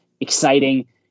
exciting